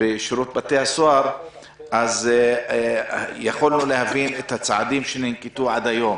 בשירות הסוהר יכולנו להבין את הצעדים שננקטו עד היום.